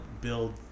build